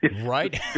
Right